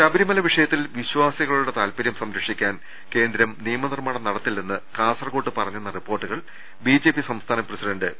ശബരിമല വിഷയത്തിൽ വിശ്വാസികളുടെ താൽപരൃം സംരക്ഷി ക്കാൻ കേന്ദ്രം നിയമ നിർമ്മാണം നടത്തില്ലെന്ന് കാസർകോട്ട് പറ ഞ്ഞെന്ന റിപ്പോർട്ടുകൾ ബിജെപി സംസ്ഥാന പ്രസിഡന്റ് പി